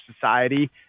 society